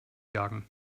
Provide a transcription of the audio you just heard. jagen